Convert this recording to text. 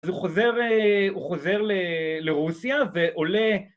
אז הוא חוזר לרוסיה ועולה...